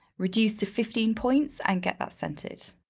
reduce to fifteen points and get that centered.